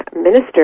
minister